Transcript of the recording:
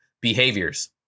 behaviors